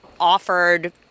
offered